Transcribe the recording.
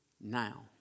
now